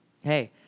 Hey